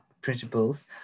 principles